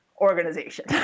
organization